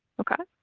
okay.